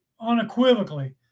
unequivocally